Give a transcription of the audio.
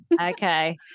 Okay